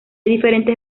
diferentes